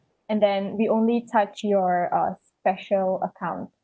and then we only touch your uh special account